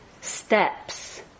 steps